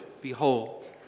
behold